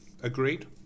Agreed